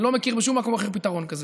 אני לא מכיר בשום מקום אחר פתרון כזה.